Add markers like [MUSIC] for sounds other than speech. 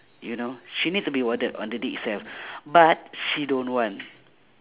you know she needs to be warded on the day itself [BREATH] but she don't want